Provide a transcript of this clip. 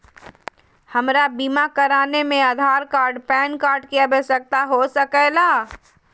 हमरा बीमा कराने में आधार कार्ड पैन कार्ड की आवश्यकता हो सके ला?